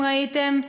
אם ראיתם,